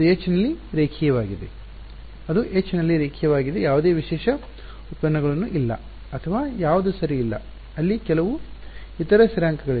ಇದು H ನಲ್ಲಿ ರೇಖೀಯವಾಗಿದೆಯೇ ಅದು H ನಲ್ಲಿ ರೇಖೀಯವಾಗಿದೆ ಯಾವುದೇ ವಿಶೇಷ ಉತ್ಪನ್ನಗಳು ಇಲ್ಲ ಅಥವಾ ಯಾವುದೂ ಸರಿ ಇಲ್ಲ ಅಲ್ಲಿ ಕೆಲವು ಇತರ ಸ್ಥಿರಾಂಕಗಳಿವೆ